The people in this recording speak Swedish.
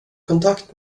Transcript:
kontakt